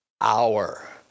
hour